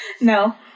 No